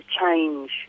change